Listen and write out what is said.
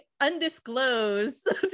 undisclosed